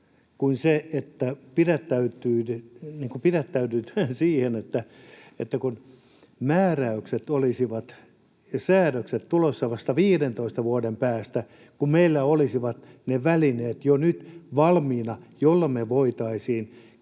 Mutta pidättäydyt siinä, että määräykset ja säädökset olisivat tulossa vasta 15 vuoden päästä, kun meillä olisi ne välineet jo nyt valmiina, jolloin me voitaisiin